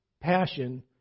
passion